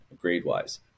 grade-wise